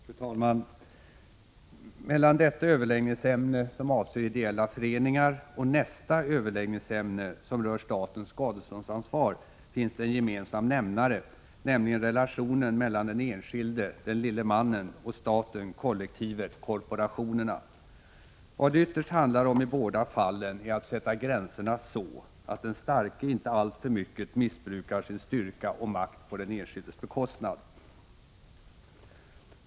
Fru talman! Mellan detta överläggningsämne, som avser ideella föreningar, och nästa överläggningsämne, som rör statens skadeståndsansvar, finns det en gemensam nämnare, nämligen relationen mellan den enskilde, ”den lille mannen”, och staten, kollektivet, korporationerna. Vad det ytterst handlar om i båda fallen är att sätta gränserna så, att den starke icke alltför mycket missbrukar sin styrka och makt på den enskildes bekostnad.